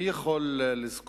מי יכול לזכור